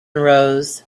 rose